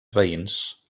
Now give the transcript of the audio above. veïns